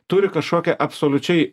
turi kažkokią absoliučiai